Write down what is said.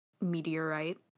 meteorite